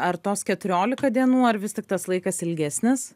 ar tos keturiolika dienų ar vis tik tas laikas ilgesnis